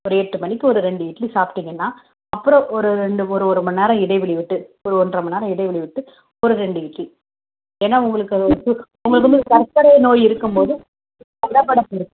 ஒரு எட்டுமணிக்கு ஒரு ரெண்டு இட்லி சாப்பிட்டீங்கன்னா அப்புறம் ஒரு ரெண்டு ஒரு ஒரு மணி நேரம் இடைவெளி விட்டு ஒரு ஒன்றரை மணி நேரம் இடைவெளி விட்டு ஒரு ரெண்டு இட்லி ஏன்னால் உங்களுக்கு வந்து உங்களுக்கு வந்து சர்க்கரை நோய் இருக்கும்போது படபடப்பிருக்கும்